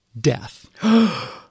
death